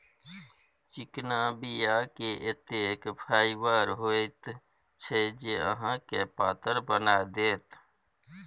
चिकना बीया मे एतेक फाइबर होइत छै जे अहाँके पातर बना देत